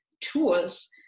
tools